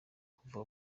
kuva